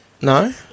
No